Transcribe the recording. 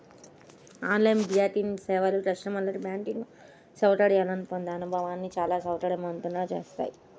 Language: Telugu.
ఆన్ లైన్ బ్యాంకింగ్ సేవలు కస్టమర్లకు బ్యాంకింగ్ సౌకర్యాలను పొందే అనుభవాన్ని చాలా సౌకర్యవంతంగా చేశాయి